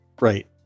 Right